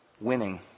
winning